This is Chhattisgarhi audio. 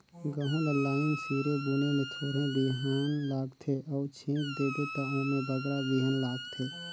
गहूँ ल लाईन सिरे बुने में थोरहें बीहन लागथे अउ छींट देबे ता ओम्हें बगरा बीहन लागथे